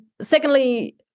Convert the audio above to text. Secondly